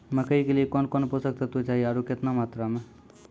मकई के लिए कौन कौन पोसक तत्व चाहिए आरु केतना मात्रा मे?